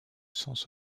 sens